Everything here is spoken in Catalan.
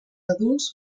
adults